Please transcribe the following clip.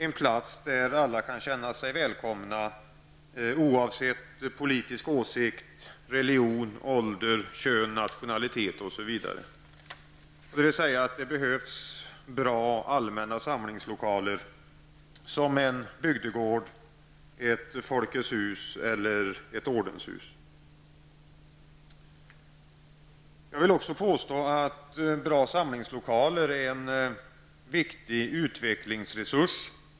En plats där alla kan känna sig välkomna oavsett politisk åsikt, religion, ålder, kön, nationalitet osv., dvs. det behövs bra allmänna samlingslokaler som en bygdegård, ett folkets hus eller ett ordenshus. Jag vill också påstå att bra samlingslokaler är en viktig utvecklingsresurs.